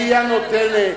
היא הנותנת.